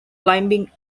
climbing